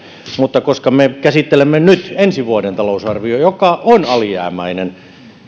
mutta koska me käsittelemme nyt ensi vuoden talousarviota joka on alijäämäinen